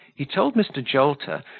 he told mr. jolter,